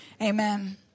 Amen